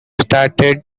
started